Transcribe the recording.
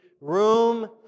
room